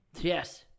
Yes